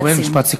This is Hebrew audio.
משפט סיום.